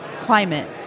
climate